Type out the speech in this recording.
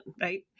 right